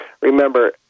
remember